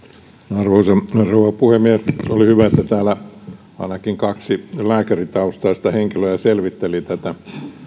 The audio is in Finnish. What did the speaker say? arvoisa rouva puhemies oli hyvä että täällä ainakin kaksi lääkäritaustaista henkilöä selvitteli tätä